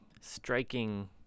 striking